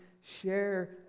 share